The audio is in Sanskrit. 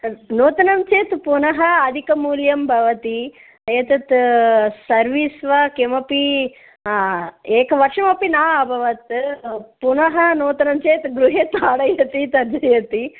नूतनं चेत् पुनः अधिकमूल्यं भवति एतत् सर्विस् वा किमपि एकवर्षमपि न अभवत् पुनः नूतनं चेत् गृहे ताडयति तर्जयति